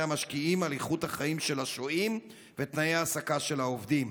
המשקיעים על איכות החיים של השוהים ותנאי ההעסקה של העובדים.